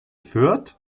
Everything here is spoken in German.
fürth